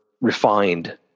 refined